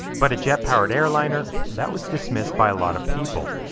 but a jet powered airliner, that was dismissed by a lot of people.